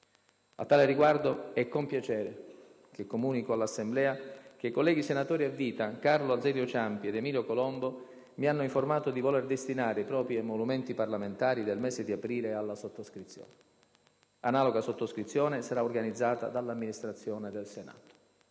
A tale riguardo è con piacere che comunico all'Assemblea che i colleghi senatori a vita Carlo Azeglio Ciampi ed Emilio Colombo mi hanno informato di voler destinare i propri emolumenti parlamentari del mese di aprile alla sottoscrizione. Analoga sottoscrizione sarà organizzata dall'Amministrazione del Senato.